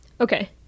Okay